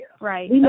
right